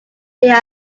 there